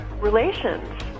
relations